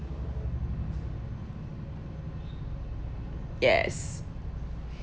yes